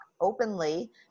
openly